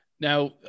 Now